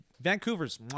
Vancouver's